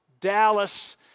Dallas